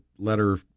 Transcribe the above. letter